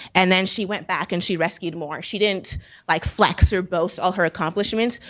and then she went back and she rescued more. she didn't like flex or boast all her accomplishments.